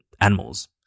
animals